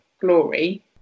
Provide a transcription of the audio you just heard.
glory